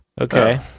Okay